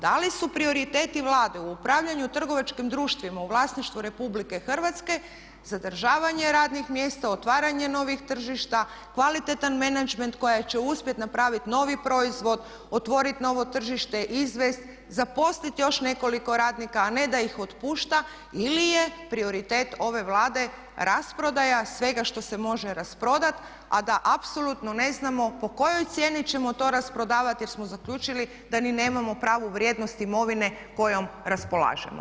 Da li su prioriteti Vlade u upravljanju trgovačkim društvima u vlasništvu RH zadržavanje radnih mjesta, otvaranje novih tržišta, kvalitetan menadžment koja će uspjet napraviti novi proizvod, otvorit novo tržište, izvest, zaposliti još nekoliko radnika a ne da ih otpušta ili je prioritet ove Vlade rasprodaja svega što se može rasprodati a da apsolutno ne znamo po kojoj cijeni ćemo to rasprodavati jer smo zaključili da ni nemamo pravu vrijednost imovine kojom raspolažemo.